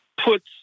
puts